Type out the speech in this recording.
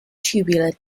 tubular